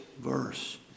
verse